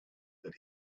that